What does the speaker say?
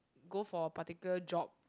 go for a particular job